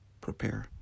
prepare